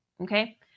okay